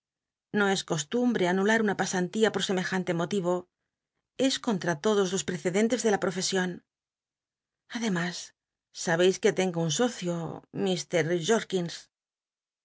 nn es costumbre anular una pasantía pot seme ianle motiro es contra todos los precedentes rle la pto fesion adcmas sabeis que tengo un socio